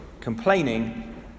complaining